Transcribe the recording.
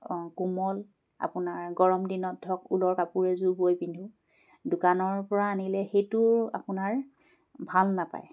কোমল আপোনাৰ গৰম দিনত ধৰক ঊলৰ কাপোৰ এযোৰ বৈ পিন্ধো দোকানৰপৰা আনিলে সেইটোৰ আপোনাৰ ভাল নাপায়